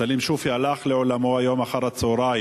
סלים שופי הלך לעולמו היום אחר-הצהריים.